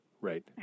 Right